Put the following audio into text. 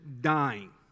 dying